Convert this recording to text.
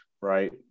right